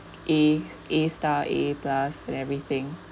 A A star A plus and everything